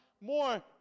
more